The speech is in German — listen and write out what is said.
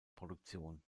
produktion